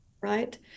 Right